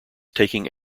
taking